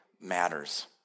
matters